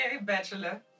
bachelor